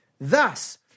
Thus